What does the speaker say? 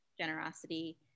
generosity